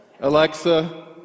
Alexa